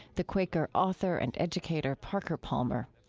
the quaker author and educator parker palmer.